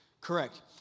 Correct